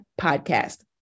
podcast